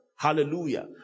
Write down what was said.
Hallelujah